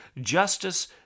Justice